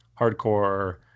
hardcore